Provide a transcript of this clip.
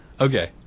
okay